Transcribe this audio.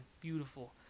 beautiful